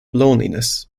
loneliness